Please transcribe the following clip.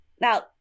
Now